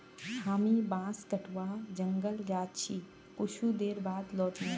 हामी बांस कटवा जंगल जा छि कुछू देर बाद लौट मु